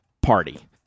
party